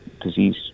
disease